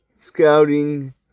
scouting